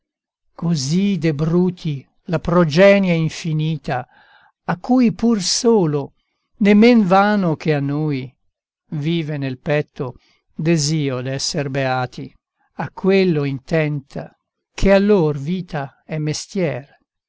così de bruti la progenie infinita a cui pur solo né men vano che a noi vive nel petto desio d'esser beati a quello intenta che a lor vita è mestier